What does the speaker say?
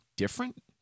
different